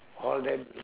all that